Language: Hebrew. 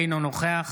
אינו נוכח